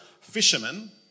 fishermen